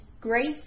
grace